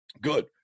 Good